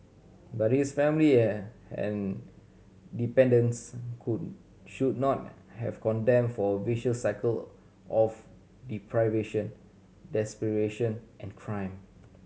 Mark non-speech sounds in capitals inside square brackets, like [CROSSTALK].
but his family [HESITATION] and dependants could should not have condemned for a vicious cycle of deprivation desperation and crime